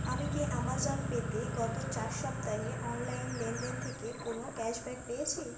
আমি কি অ্যামাজন পেতে গত চার সপ্তাহে অনলাইন লেনদেন থেকে কোনও ক্যাশব্যাক পেয়েছি